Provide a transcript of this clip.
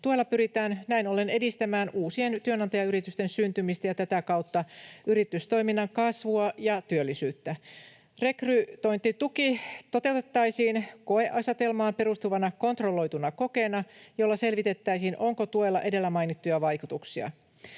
Tuella pyritään näin ollen edistämään uusien työnantajayritysten syntymistä ja tätä kautta yritystoiminnan kasvua ja työllisyyttä. Rekrytointituki toteutettaisiin koeasetelmaan perustuvana kontrolloituna kokeena, jolla selvitettäisiin, onko tuella edellä mainittuja vaikutuksia.